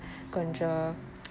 oh